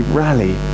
rally